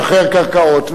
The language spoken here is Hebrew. לשחרר קרקעות,